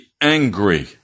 angry